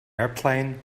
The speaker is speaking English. airplane